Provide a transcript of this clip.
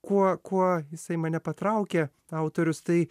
kuo kuo jisai mane patraukė autorius tai